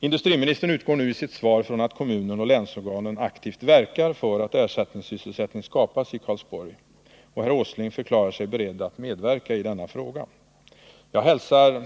Industriministern utgår nu i sitt svar från att kommunen och länsorganen aktivt verkar för att ersättningssysselsättning skapas i Karlsborg, och herr Åsling förklarar sig beredd att medverka i denna fråga. Herr talman!